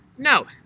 No